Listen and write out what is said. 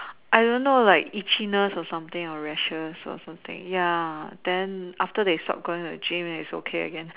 I don't know like itchiness or something or rashes or something ya then after they stop going to the gym it's okay again